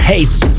Hates